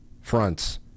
fronts